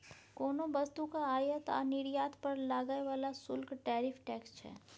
कोनो वस्तुक आयात आ निर्यात पर लागय बला शुल्क टैरिफ टैक्स छै